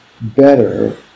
better